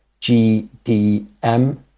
GDM